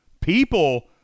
people